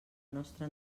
nostre